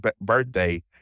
birthday